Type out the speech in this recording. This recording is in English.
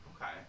okay